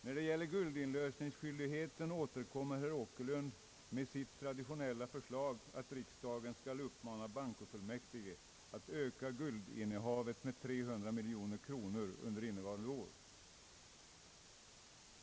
När det gäller guldinlösningsskyldigheten återkommer herr Åkerlund med sitt traditionella förslag att riksdagen skall uppmana bankofullmäktige att öka guldinnehavet med 300 miljoner kronor under innevarande år.